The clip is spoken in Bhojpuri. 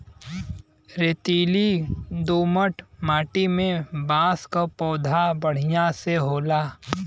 रेतीली दोमट माटी में बांस क पौधा बढ़िया से होला